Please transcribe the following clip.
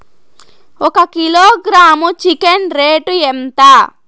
ఒక kilogram chicken rate ఎంత?